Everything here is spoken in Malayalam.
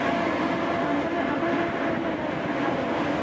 അതൊരൂ അമ്പത് അമ്പത് ഗ്ലാസില് കൂടുതലുള്ള അളവിലെടുത്തോളൂ